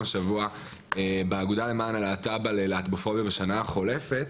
השבוע באגודה למען הלהט"ב על להטבופוביה בשנה החולפת.